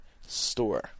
Store